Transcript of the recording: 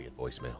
voicemail